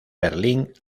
berlín